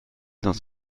dans